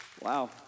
wow